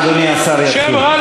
אדוני השר יתחיל.